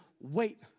wait